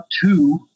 two